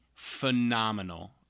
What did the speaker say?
phenomenal